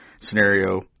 scenario